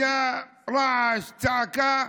היה רעש, צעקה,